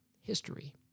history